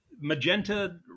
magenta